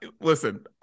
Listen